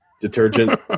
detergent